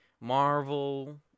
Marvel